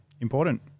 important